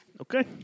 Okay